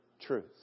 truth